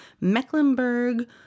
Mecklenburg